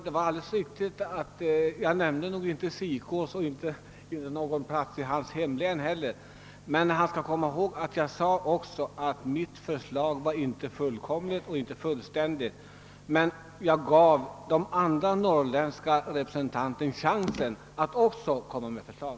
Herr talman! Nej, jag nämnde inte Sikås eller någon plats i herr Jönssons i Ingemarsgården hemlän. Men kom ihåg, herr Jönsson, att jag sade att mitt förslag inte var fullständigt, och därför gav jag de andra norrländska representanterna chansen att också framlägga förslag.